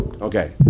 Okay